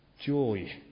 joy